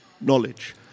knowledge